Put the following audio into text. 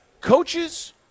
coaches